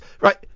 right